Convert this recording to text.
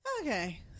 Okay